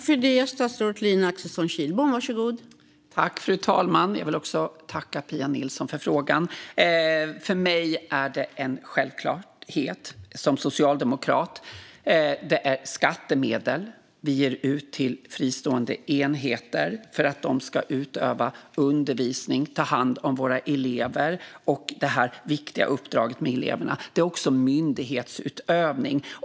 Fru talman! Jag vill tacka Pia Nilsson för frågan. För mig som socialdemokrat är det en självklarhet att de ska det. Vi ger ut skattemedel till fristående enheter för att de ska utöva det viktiga uppdraget att ta hand om våra elever och bedriva undervisning. Det är också myndighetsutövning.